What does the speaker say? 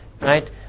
Right